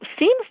seems